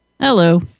Hello